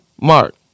Mark